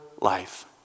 life